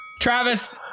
Travis